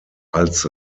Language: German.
als